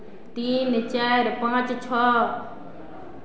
तीन चारि पाँच छओ